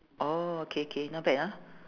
oh okay okay not bad ah